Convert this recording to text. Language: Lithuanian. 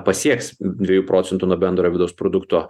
pasieks dviejų procentų nuo bendro vidaus produkto